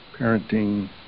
parenting